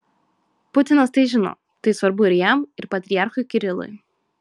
putinas tai žino tai svarbu ir jam ir patriarchui kirilui